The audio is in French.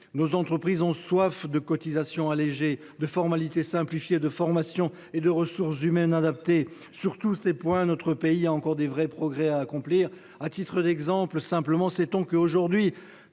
Nos entreprises ont soif de cotisations allégées, de formalités simplifiées, de formations et de ressources humaines adaptées. Sur tous ces points, notre pays a encore beaucoup de progrès à accomplir. Sait on qu’aujourd’hui